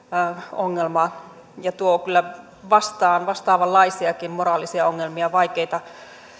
ongelma ja se tuo kyllä vastaan vastaavanlaisiakin vaikeita moraalisia ongelmia